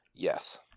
Yes